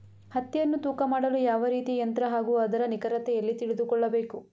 ಹತ್ತಿಯನ್ನು ತೂಕ ಮಾಡಲು ಯಾವ ರೀತಿಯ ಯಂತ್ರ ಹಾಗೂ ಅದರ ನಿಖರತೆ ಎಲ್ಲಿ ತಿಳಿದುಕೊಳ್ಳಬೇಕು?